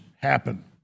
happen